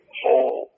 whole